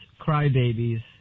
crybabies